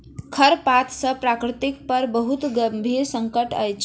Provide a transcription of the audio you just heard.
खरपात सॅ प्रकृति पर बहुत गंभीर संकट अछि